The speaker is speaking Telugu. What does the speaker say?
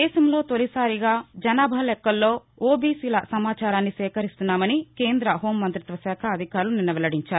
దేశంలో తొలిసారిగా జనాభా లెక్కల్లో ఓబీసీల సమాచారాన్ని సేకరించనున్నామని కేంద్ర హెూంమంతిత్వశాఖ అధికారులు నిన్న వెల్లడించారు